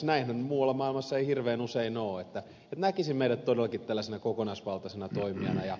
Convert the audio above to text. näinhän muualla maailmassa ei hirveän usein ole että nähtäisiin meidät todellakin tällaisena kokonaisvaltaisena toimijana